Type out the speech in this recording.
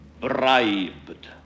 Bribed